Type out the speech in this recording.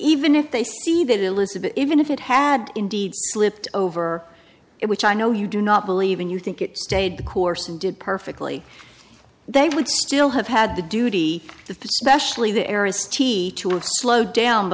even if they see that elizabeth even if it had indeed slipped over it which i know you do not believe in you think it stayed the course and did perfectly they would still have had the duty to specially the areas t to slow down